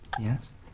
Yes